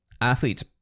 athletes